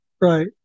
Right